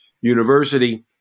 University